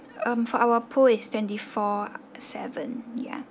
um for our pool is twenty four seven ya